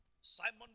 Simon